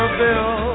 bill